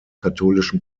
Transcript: katholischen